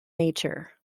nature